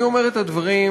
אני אומר את הדברים,